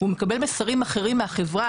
והוא מקבל מסרים אחרים מהחברה,